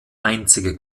einzige